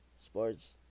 sports